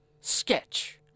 sketch